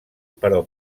però